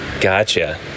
Gotcha